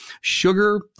sugar